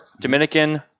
Dominican